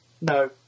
No